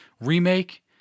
remake